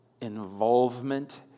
Involvement